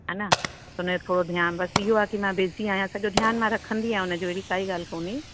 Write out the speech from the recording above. हेन हुन जो थोरो ध्यानु बसि इहो आहे की मां बिजी आहियां सॼो ध्यानु मां रखंदी आहियां हुन जो अहिड़ी काई ॻाल्हि कोन्हे